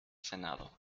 senado